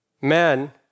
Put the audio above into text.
Men